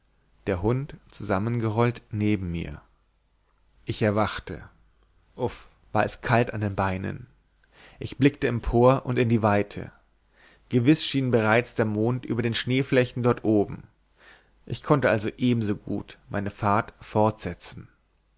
den hund zusammengerollt neben mir ich erwachte uff war es kalt an den beinen ich blickte empor und in die weite gewiß schien bereits der mond über den schneeflächen dort oben ich konnte also ebensogut meine fahrt fortsetzen